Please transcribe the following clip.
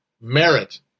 merit